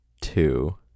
two